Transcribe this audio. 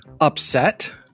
upset